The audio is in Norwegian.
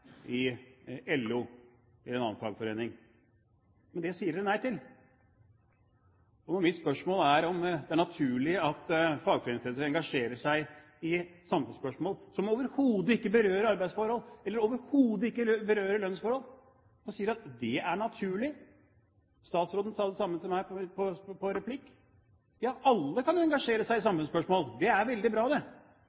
i LO eller i en annen fagforening. Dette sier man nei til. Når mitt spørsmål er om det er naturlig at fagforeningsledelsen engasjerer seg i samfunnsspørsmål som overhodet ikke berører arbeidsforhold, eller som overhodet ikke berører lønnsforhold, svarer man at det er naturlig. Statsråden sa det samme til meg i en replikk. Ja, alle kan engasjere seg i